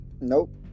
Nope